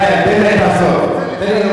לצד השני.